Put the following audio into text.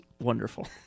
wonderful